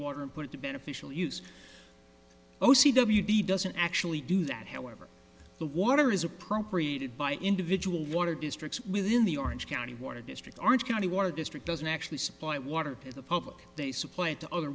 water and put it to beneficial use oh c w t doesn't actually do that however the water is appropriated by individual water districts within the orange county water district orange county water district doesn't actually supply water to the public they supply it to other